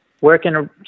working